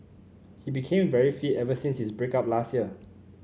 he became very fit ever since his break up last year